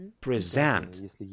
present